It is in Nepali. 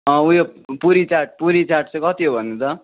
उयो पुरी चाट पुरी चाट चाहिँ कति हो भन्नु त